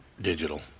digital